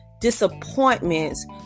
disappointments